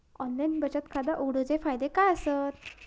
Online बचत खाता उघडूचे फायदे काय आसत?